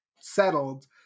settled